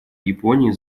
японии